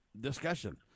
discussion